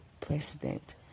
President